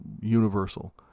universal